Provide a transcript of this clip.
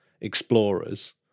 explorers